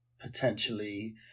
potentially